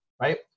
right